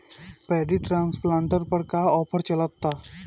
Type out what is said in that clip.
Paddy transplanter पर का offer चलता?